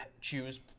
choose